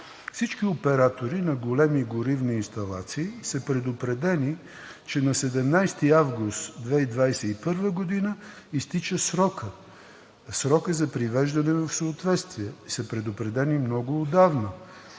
Всички оператори на големи горивни инсталации са предупредени, че на 17 август 2021 г. изтича срокът за привеждане в съответствие. И са предупредени много отдавна.